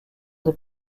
des